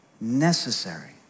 necessary